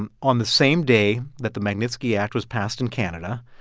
um on the same day that the magnitsky act was passed in canada,